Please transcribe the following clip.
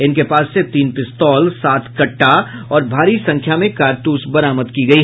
इनके पास से तीन पिस्तौल सात कट्टा और भारी संख्या में कारतूस बरामद की गयी